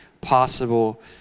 possible